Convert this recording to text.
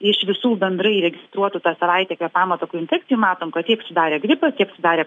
iš visų bendrai registruotų tą savaitę kvėpavimo takų infekcijų matom kad tiek sudarė gripas tiek sudarė